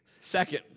Second